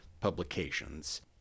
publications